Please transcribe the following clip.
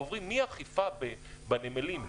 עוברים מהאכיפה בנמלים,